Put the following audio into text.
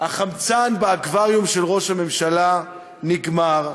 החמצן באקווריום של ראש הממשלה נגמר.